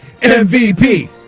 MVP